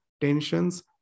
tensions